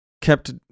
kept